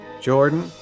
Jordan